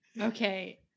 okay